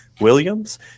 Williams